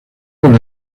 con